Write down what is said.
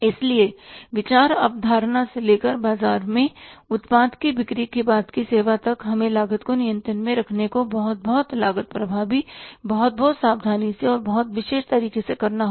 इसलिए विचार अवधारणा से लेकर बाजार में उत्पाद की बिक्री के बाद की सेवा तक हमें लागत को नियंत्रण में रखने को बहुत बहुत लागत प्रभावी बहुत बहुत सावधानी से और बहुत विशेष तरीके से करना चाहिए